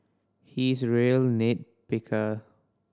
he is a real nit picker